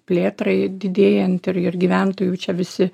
plėtrai didėjant ir ir gyventojų čia visi